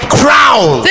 crown